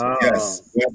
yes